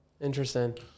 interesting